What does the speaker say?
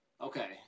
Okay